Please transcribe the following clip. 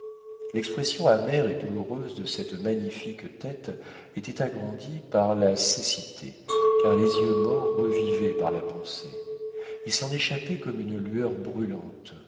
l'expression amère et douloureuse de cette magnifique tête était agrandie par la cécité car les yeux morts revivaient par la pensée il s'en échappait comme une lueur brûlante